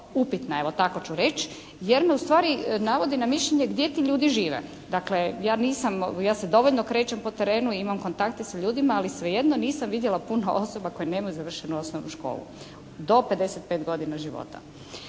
upitna, evo tako ću reći, jer me ustvari navodi na mišljenje gdje ti ljudi žive. Dakle, ja nisam, ja se dovoljno krećem po terenu i imam kontakte sa ljudima, ali svejedno nisam vidjela puno osoba koje nemaju završenu osnovnu školu do 55 godina života.